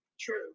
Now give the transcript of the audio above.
true